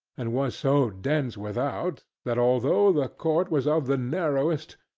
and was so dense without, that although the court was of the narrowest,